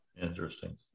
Interesting